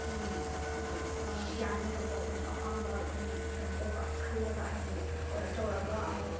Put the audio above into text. ꯍꯥꯏꯗꯤ ꯌꯥꯅꯤꯕꯀꯣ ꯑꯗꯨꯝ ꯑꯄꯥꯝꯕ ꯀꯩꯅꯣ ꯇꯧꯕ ꯈꯜꯂꯒ ꯍꯥꯏꯗꯤ ꯑꯣꯔꯗꯔ ꯇꯧꯔꯒ ꯑꯃꯨꯛ